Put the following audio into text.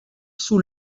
sous